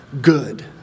good